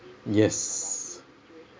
yes